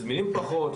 יש זמינים פחות,